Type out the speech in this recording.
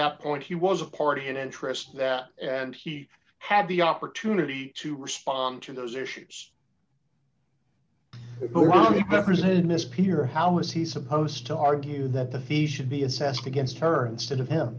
that point he was a party in interest that and he had the opportunity to respond to those issues the president and his peer how is he supposed to argue that the fees should be assessed against her instead of him